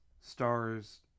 stars